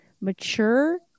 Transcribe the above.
mature